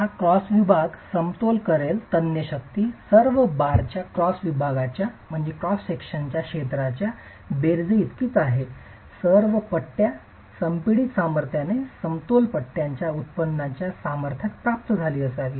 तर हा क्रॉस विभाग समतोल करेल तन्य शक्ती सर्व बारच्या क्रॉस विभागाच्या क्षेत्राच्या बेरजेइतकीच आहे सर्व पट्ट्या संपीडित सामर्थ्याने समतोल पट्ट्यांच्या उत्पन्नाच्या सामर्थ्यात प्राप्त झाली असावी